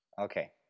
Okay